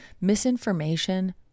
misinformation